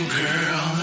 girl